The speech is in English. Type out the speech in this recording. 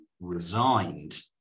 resigned